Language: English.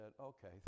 okay